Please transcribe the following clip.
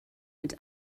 mit